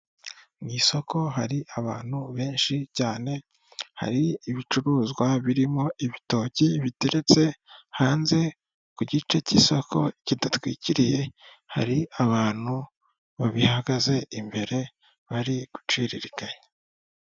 Mu isoko hari abantu benshi cyane, hari ibicuruzwa birimo ibitoki biteretse hanze, ku gice cy'isoko kidatwikiriye, hari abantu babihagaze imbere, bari guciririkanya.